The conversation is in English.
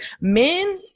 men